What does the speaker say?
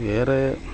വേറേ